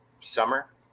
summer